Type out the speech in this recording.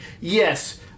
yes